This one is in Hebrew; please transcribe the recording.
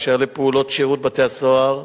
על פעולות שירות בתי-הסוהר: